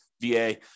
VA